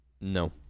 No